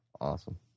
Awesome